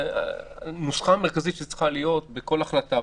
הנוסחה המרכזית שצריכה להיות בכל החלטה,